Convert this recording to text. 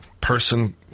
person